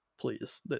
please